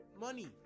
money